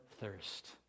thirst